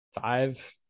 five